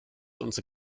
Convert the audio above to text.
unser